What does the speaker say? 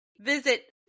visit